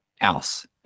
else